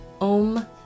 om